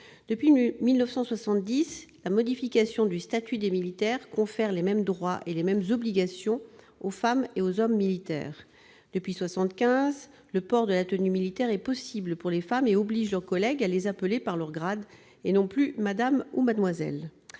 Depuis 1970, la modification du statut des militaires confère les mêmes droits et obligations aux femmes et aux hommes militaires. Depuis 1975, le port de la tenue militaire est possible pour les femmes et oblige leurs collègues à les appeler par leur grade, et non plus par « madame » ou « mademoiselle ».